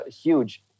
huge